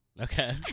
Okay